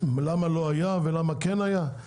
למה לא היה ולמה כן היה?